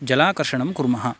जलाकर्षणं कुर्मः